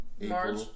March